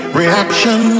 reaction